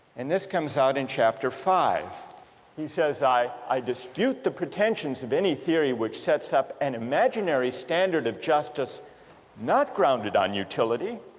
and this comes out in chapter five he says while i dispute the pretensions of any theory which sets up an imaginary standard of justice not grounded on utility,